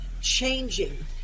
changing